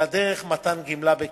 אלא דרך מתן גמלה בכסף,